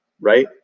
right